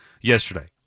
yesterday